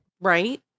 right